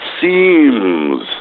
seems